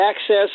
access